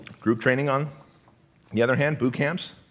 group training on the other hand, boot camps